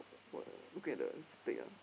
for the look at the stake ah